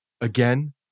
again